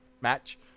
match